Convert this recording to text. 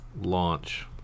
launch